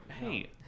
hey